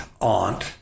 aunt